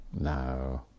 No